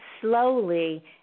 Slowly